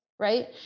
Right